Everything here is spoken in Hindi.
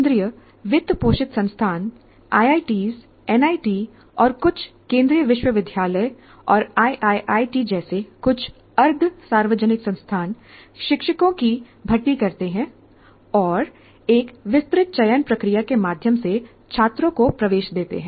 केंद्रीय वित्त पोषित संस्थान आईआईटी IIT's एनआईटी और कुछ केंद्रीय विश्वविद्यालय और आईआईआईटी जैसे कुछ अर्ध सार्वजनिक संस्थान शिक्षकों की भर्ती करते हैं और एक विस्तृत चयन प्रक्रिया के माध्यम से छात्रों को प्रवेश देते हैं